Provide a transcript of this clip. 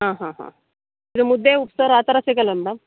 ಹಾಂ ಹಾಂ ಹಾಂ ಇದು ಮುದ್ದೆ ಉಪ್ಸಾರು ಆ ಥರ ಸಿಗಲ್ವಾ ಮೇಡಮ್